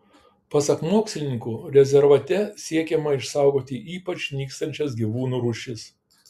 pasak mokslininkų rezervate siekiama išsaugoti ypač nykstančias gyvūnų rūšis